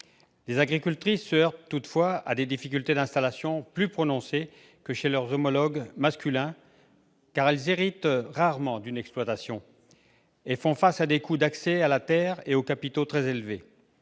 Les agricultrices se heurtent à des difficultés d'installation plus prononcées que celles que rencontrent leurs homologues masculins, car elles héritent rarement d'une exploitation et font face à des coûts d'accès à la terre et aux capitaux très élevés.